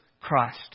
Christ